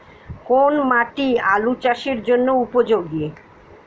কোন মাটি আলু চাষের জন্যে উপযোগী?